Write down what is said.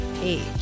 page